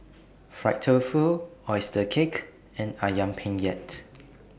Fried Tofu Oyster Cake and Ayam Penyet